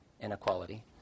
inequality